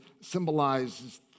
symbolizes